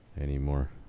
anymore